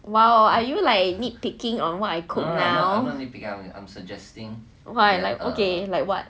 !wow! are you like nitpicking on what I cook now